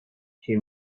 she